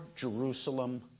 Jerusalem